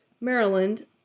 Maryland